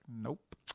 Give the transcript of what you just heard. nope